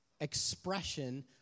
expression